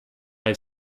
have